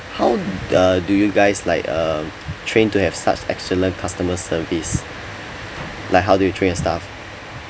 how the uh do you guys like um train to have such excellent customer service like how do you train your staff